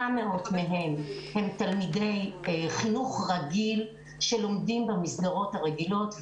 מהם הם תלמידי חינוך רגיל שלומדים במסגרות הרגילות.